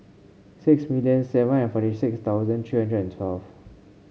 six million seven hundred forty six thousand three hundred and twelve